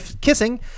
kissing